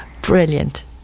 Brilliant